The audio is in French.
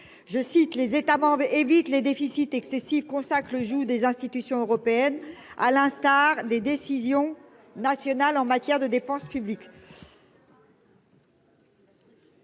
je cite les États membres et évite les déficits excessifs consacrent joue des institutions européennes. À l'instar des décisions nationales en matière de dépenses publiques.